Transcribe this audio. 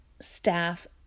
staff